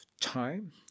time